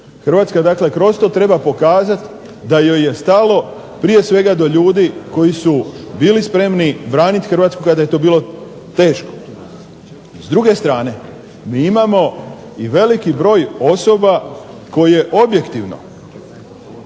Hrvatska dakle kroz to treba pokazati da joj je stalo prije svega do ljudi koji su bili spremni branit Hrvatsku kada je to bilo teško. S druge strane, mi imamo i veliki broj osoba koje objektivno